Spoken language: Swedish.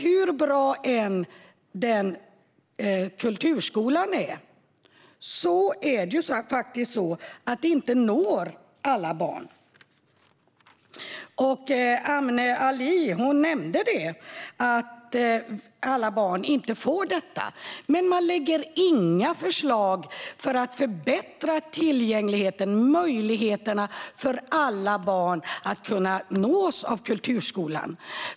Hur bra kulturskolan än är det nämligen så att den inte når alla barn. Amne Ali nämnde att alla barn inte får tillgång till kulturskolan, men man lägger inte fram några förslag för att förbättra tillgängligheten och möjligheterna för alla barn att nås av den.